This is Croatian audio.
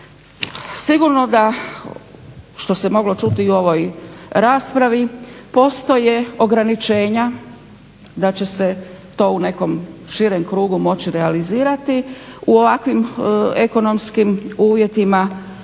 Sigurno da što se moglo čuti i u ovoj raspravi postoje ograničenja da će se to u nekom širem krugu moći realizirati u ovakvim ekonomskim uvjetima.